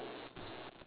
so